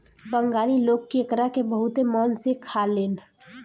बंगाली लोग केकड़ा के बहुते मन से खालेन